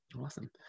Awesome